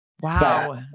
Wow